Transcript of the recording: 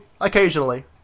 occasionally